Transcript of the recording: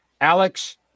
Alex